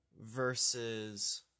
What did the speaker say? versus